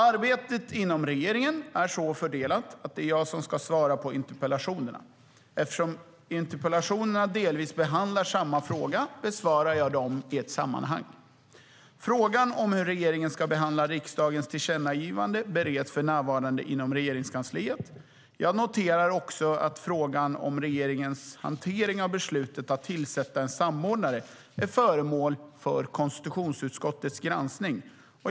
Arbetet inom regeringen är så fördelat att det är jag som ska svara på interpellationerna. Eftersom interpellationerna delvis behandlar samma fråga besvarar jag dem i ett sammanhang. Frågan om hur regeringen ska behandla riksdagens tillkännagivande bereds för närvarande inom Regeringskansliet. Jag noterar också att frågan om regeringens hantering av beslutet att tillsätta en samordnare är föremål för konstitutionsutskottets granskning.